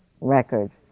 records